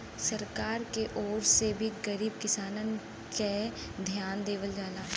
सरकार के ओर से भी गरीब किसानन के धियान देवल जाला